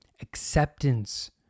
acceptance